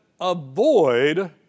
avoid